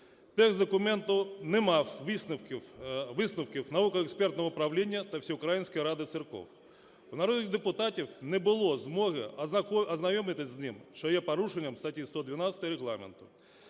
Текст документу не мав висновків науково-експертного управління та Всеукраїнської ради церков. У народних депутатів не було змоги ознайомитися з ним, що є порушенням статті 112 Регламенту.